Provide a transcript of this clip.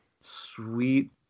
Sweet